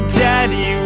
daddy